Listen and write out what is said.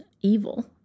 evil